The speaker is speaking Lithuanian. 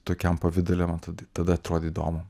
tokiam pavidale tada atrodė įdomu